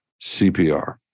cpr